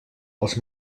els